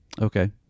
okay